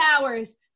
hours